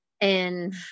And-